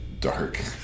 dark